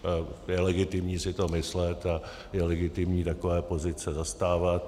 To je legitimní si to myslet a je legitimní takové pozice zastávat.